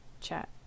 chat